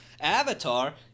avatar